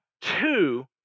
two